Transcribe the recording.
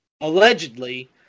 Allegedly